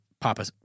papa